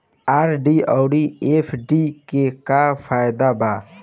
RD आउर FD के का फायदा बा?